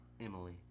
Emily